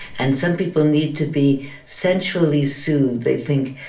and some people need to be sensually soothed. they think,